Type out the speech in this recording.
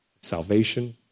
salvation